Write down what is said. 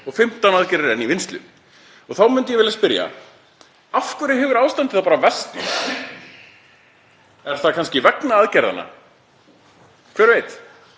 og 15 aðgerðir eru í vinnslu.“ Þá myndi ég vilja spyrja: Af hverju hefur ástandið þá versnað? Er það kannski vegna aðgerðanna? Hver veit?